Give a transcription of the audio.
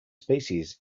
species